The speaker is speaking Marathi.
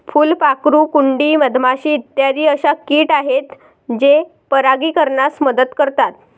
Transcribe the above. फुलपाखरू, कुंडी, मधमाशी इत्यादी अशा किट आहेत जे परागीकरणास मदत करतात